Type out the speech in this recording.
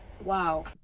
wow